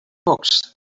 books